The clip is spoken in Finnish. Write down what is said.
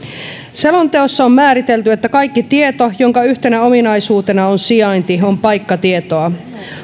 selonteossa on määritelty että kaikki tieto jonka yhtenä ominaisuutena on sijainti on paikkatietoa